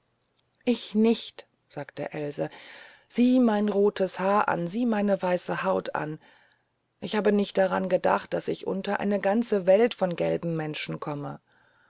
ich nicht sagte ilse sieh mein rotes haar an sieh meine weiße haut an ich habe nicht daran gedacht daß ich unter eine ganze welt von gelben menschen komme